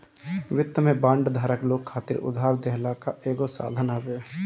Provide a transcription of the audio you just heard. वित्त में बांड धारक लोग खातिर उधार देहला कअ एगो साधन हवे